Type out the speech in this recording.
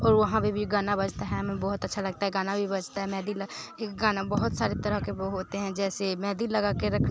और वहाँ पर भी गाना बजता है हमें बहुत अच्छा लगता है गाना भी बजता है मेहंदी लग ये गाना बहुत सारे तरह के वो होते हैं जैसे मेहंदी लगा के रखना